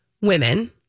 women